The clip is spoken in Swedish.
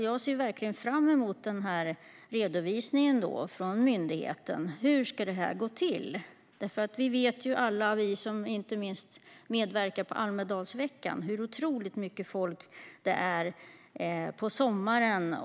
Jag ser verkligen fram emot myndighetens redovisning av hur detta ska gå till. Vi vet nämligen alla, inte minst vi som medverkar under Almedalsveckan, hur otroligt mycket folk det är på sommaren.